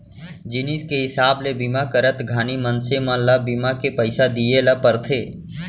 जिनिस के हिसाब ले बीमा करत घानी मनसे मन ल बीमा के पइसा दिये ल परथे